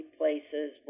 places